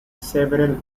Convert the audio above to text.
several